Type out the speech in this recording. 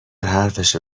حرفشو